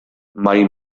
mai